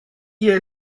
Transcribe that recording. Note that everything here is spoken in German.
ihr